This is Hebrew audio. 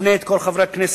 ומפנה את כל חברי הכנסת